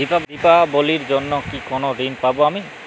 দীপাবলির জন্য কি কোনো ঋণ পাবো আমি?